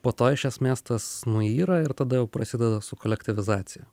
po to iš esmės tas nuyra ir tada jau prasideda su kolektyvizacija